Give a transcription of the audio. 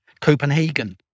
Copenhagen